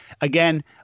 again